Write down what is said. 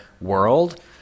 world